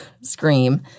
scream